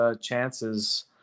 chances